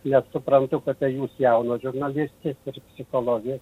nes suprantu kad tai jūs jaunos žurnalistės ir psichologė